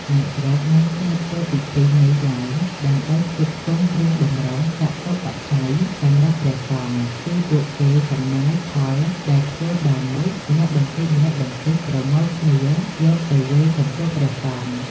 អ្នកស្រុកនាំគ្នាធ្វើពិធីនេះឡើងដើម្បីផ្គត់ផ្គង់គ្រឿងបម្រុងចតុប្បច្ច័យសម្រាប់ព្រះសង្ឃ គឺពួកគេចំណាយផលដែលធ្វើបាននោះ ម្នាក់បន្តិចៗប្រមូលគ្នាយកទៅវេរចំពោះព្រះសង្ឃុ។